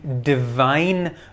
divine